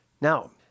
Now